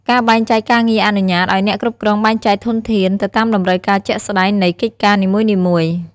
ការបែងចែកការងារអនុញ្ញាតឱ្យអ្នកគ្រប់គ្រងបែងចែកធនធាន ទៅតាមតម្រូវការជាក់ស្តែងនៃកិច្ចការនីមួយៗ។